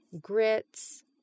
grits